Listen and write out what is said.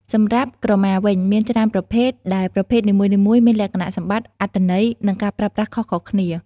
សម្រាប់ក្រមាវិញ មានច្រើនប្រភេទដែលប្រភេទនីមួយៗមានលក្ខណៈសម្បត្តិ អត្ថន័យ និងការប្រើប្រាស់ខុសៗគ្នា។